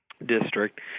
district